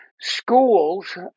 schools